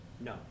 No